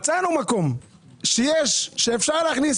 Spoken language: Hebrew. מצאנו מקום שאפשר להכניס.